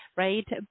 Right